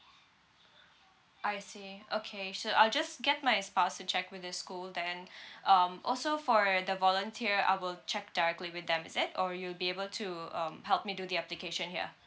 I see okay so I'll just get my spouse to check with the school then um also for the volunteer I will check directly with them is it or you'll be able to um help me do the application here